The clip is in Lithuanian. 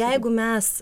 jeigu mes